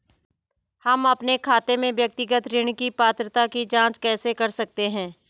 हम अपने खाते में व्यक्तिगत ऋण की पात्रता की जांच कैसे कर सकते हैं?